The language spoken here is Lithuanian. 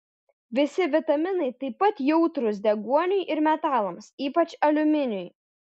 visi vitaminai taip pat jautrūs deguoniui ir metalams ypač aliuminiui